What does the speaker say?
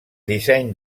disseny